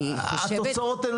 אני חושבת --- התוצאות לא